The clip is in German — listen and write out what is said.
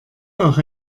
auch